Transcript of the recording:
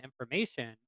information